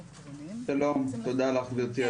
פנו אלי כמה אנשים וביקשו את רשות הדיבור